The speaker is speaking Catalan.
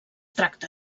tracta